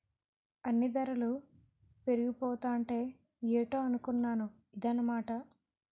అన్నీ దరలు పెరిగిపోతాంటే ఏటో అనుకున్నాను ఇదన్నమాట